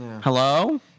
hello